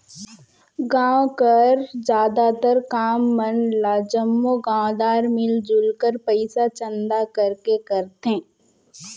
गाँव कर जादातर काम मन ल जम्मो गाँवदार मिलजुल कर पइसा चंदा करके करथे